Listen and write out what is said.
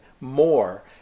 more